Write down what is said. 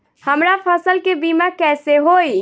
हमरा फसल के बीमा कैसे होई?